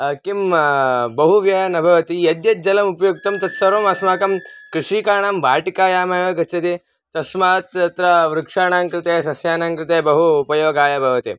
किं बहु व्ययः न भवति यद्यत् जलमुपयुक्तं तत्सर्वम् अस्माकं कृषीकाणां वाटिकायामेव गच्छति तस्मात् तत्र वृक्षाणां कृते सस्यानां कृते बहु उपयोगाय भवति